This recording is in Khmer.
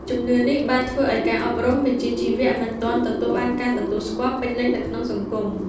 ជំនឿនេះបានធ្វើឱ្យការអប់រំវិជ្ជាជីវៈមិនទាន់ទទួលបានការទទួលស្គាល់ពេញលេញនៅក្នុងសង្គម។